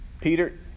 Peter